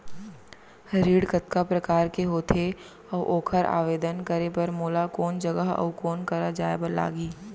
ऋण कतका प्रकार के होथे अऊ ओखर आवेदन करे बर मोला कोन जगह अऊ कोन करा जाए बर लागही?